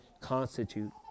Constitute